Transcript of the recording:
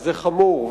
וזה חמור,